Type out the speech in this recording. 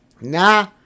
Nah